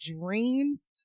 dreams